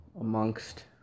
amongst